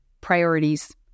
Priorities